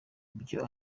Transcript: ibyo